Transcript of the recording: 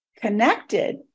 Connected